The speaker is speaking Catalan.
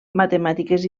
matemàtiques